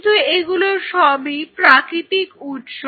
কিন্তু এগুলো সবই প্রাকৃতিক উৎস